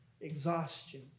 exhaustion